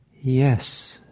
Yes